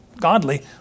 godly